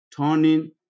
Turning